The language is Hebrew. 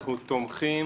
אנחנו תומכים